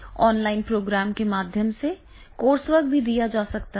" online programme के माध्यम से कोर्सवर्क भी दिया जा सकता है